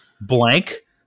blank